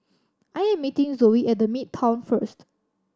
I am meeting Zoie at The Midtown first